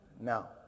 Now